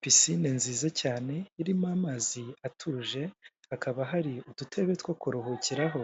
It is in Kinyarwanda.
Pisine nziza cyane irimo amazi atuje, hakaba hari udutebe two kuruhukiraho,